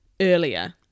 earlier